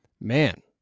man